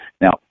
Now